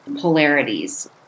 polarities